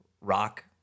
rock